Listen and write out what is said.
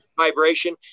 vibration